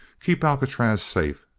keep alcatraz safe.